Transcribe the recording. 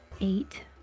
Eight